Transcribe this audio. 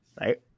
Right